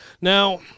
Now